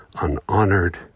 unhonored